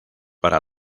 para